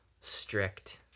strict